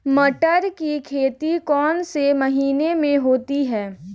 मटर की खेती कौन से महीने में होती है?